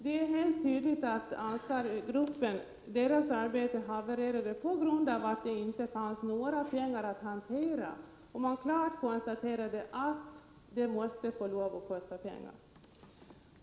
Det är tydligt att Ansgargruppens arbete havererade på grund av att det inte fanns några pengar att hantera. Gruppen konstaterade klart att åtgärderna måste få lov att kosta pengar.